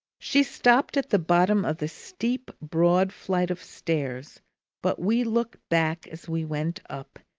she stopped at the bottom of the steep, broad flight of stairs but we looked back as we went up,